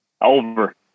over